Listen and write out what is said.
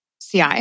CI